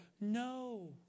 no